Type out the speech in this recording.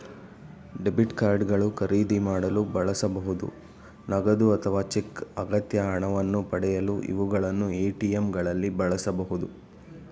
debit card ಗಳು ಖರೀದಿ ಮಾಡಲು ಬಳಸಬಹುದು ನಗದು ಅಥವಾ ಚೆಕ್ ಅಗತ್ಯ ಹಣವನ್ನು ಪಡೆಯಲು ಇವುಗಳನ್ನು ಎ.ಟಿ.ಎಂ ಗಳಲ್ಲಿ ಬಳಸಬಹುದು